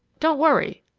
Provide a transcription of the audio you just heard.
don't worry!